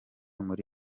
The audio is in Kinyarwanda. muri